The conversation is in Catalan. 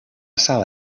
sala